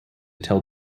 tell